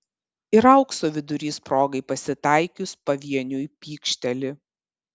ir aukso vidurys progai pasitaikius pavieniui pykšteli